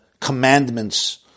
commandments